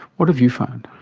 what have you found?